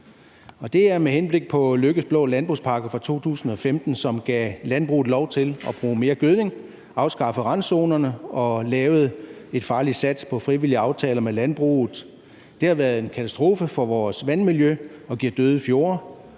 Det er med henblik på udenrigsministerens blå landbrugspakke fra 2015, som gav landbruget lov til at bruge mere gødning, afskaffede randzonerne og lavede et farligt sats på frivillige aftaler med landbruget. Det har været en katastrofe for vores vandmiljø og givet døde fjorde,